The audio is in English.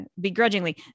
begrudgingly